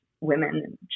women